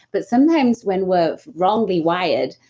but sometimes when we're wrongly wired,